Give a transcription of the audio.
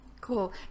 cool